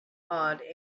awed